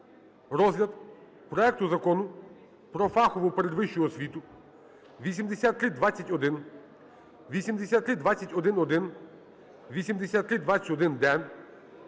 розгляд проекту Закону про фахову передвищу освіту: 8321, 8321-1, 8321-д.